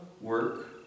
work